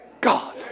God